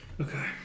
okay